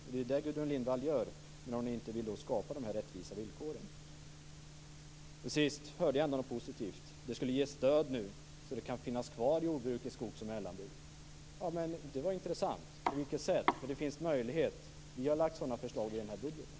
Och det är det Gudrun Lindvall gör när hon inte vill skapa rättvisa villkor. Till sist hörde jag ändå något positivt. Det skulle ges stöd nu, så att det kan finnas kvar jordbruk i skogs och mellanbygd. Det var intressant. På vilket sätt? Det finns möjlighet nu. Vi har lagt fram sådana förslag i den här budgeten.